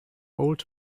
old